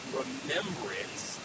remembrance